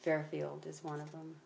fairfield is one of them